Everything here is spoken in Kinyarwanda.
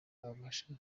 abasha